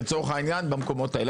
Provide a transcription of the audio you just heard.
לצורך העניין, במקומות האלה.